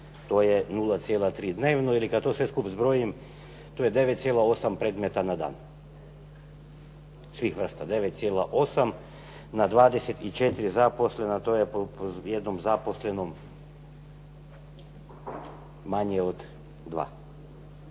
to je 0,3 dnevno. Ili kad to sve skupa zbrojim to je 9,8 predmeta na dan, svih vrsta, 9,8 na 24 zaposlena. To je po jednom zaposlenom manje od 2.